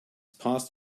past